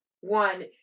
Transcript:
one